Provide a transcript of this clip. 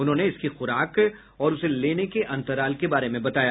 उन्होंने इसकी खुराक और उसे लेने के अंतराल के बारे में बताया